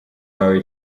wawe